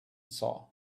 saw